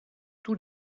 tous